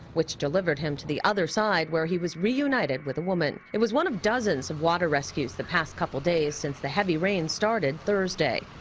which delivered him to the other side where he was reunited with a woman. it was one of dozens of water rescues the past couple days since the heavy rains started thursday.